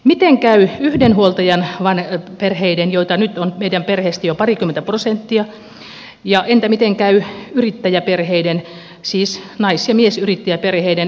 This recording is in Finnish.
miten käy yhden huoltajan perheiden joita nyt on meidän perheistä jo parikymmentä prosenttia ja entä miten käy yrittäjäperheiden siis nais ja miesyrittäjäperheiden